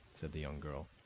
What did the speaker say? said the young girl.